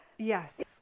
Yes